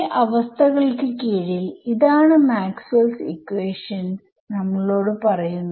ഈ അവസ്ഥകൾക്ക് കീഴിൽ ഇതാണ് മാക്സ്വെൽസ് ഇക്വേഷൻസ് maxwells equations നമ്മളോട് പറയുന്നത്